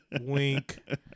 Wink